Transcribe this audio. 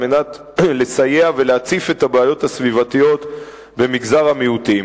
על מנת לסייע ולהציף את הבעיות הסביבתיות במגזר המיעוטים.